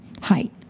height